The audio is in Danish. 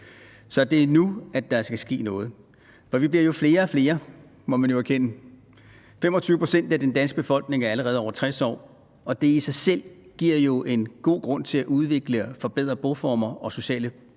Så det er nu, der skal ske noget. For vi bliver flere og flere, må man jo erkende. 25 pct. af den danske befolkning er allerede over 60 år, og det i sig selv giver jo en god grund til at udvikle og forbedre boformer og sociale